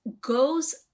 goes